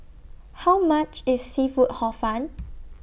How much IS Seafood Hor Fun